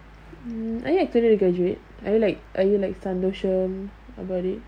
are you excited for graduate are you like are you like சந்தோசம்:sandhosam about it